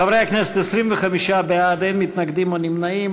חברי הכנסת, 25 בעד, אין מתנגדים ואין נמנעים.